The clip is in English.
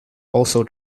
also